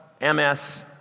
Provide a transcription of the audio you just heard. MS